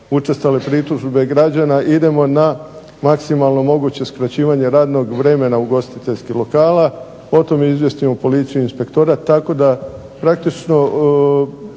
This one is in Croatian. učestale pritužbe građana idemo na maksimalno moguće skraćivanje radnog vremena ugostiteljskih lokala, potom izvijestimo policiju i inspektorat. Tako da praktično